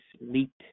leaked